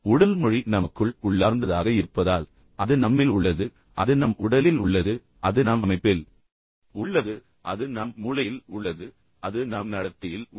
உடல் மொழி நமக்குள் உள்ளார்ந்ததாக இருப்பதால் அது நம்மில் உள்ளது அது நம் உடலில் உள்ளது அது நம் அமைப்பில் உள்ளது அது நம் மூளையில் உள்ளது அது நம் நடத்தையில் உள்ளது